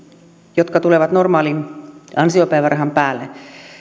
jotka tulevat normaalin ansiopäivärahan päälle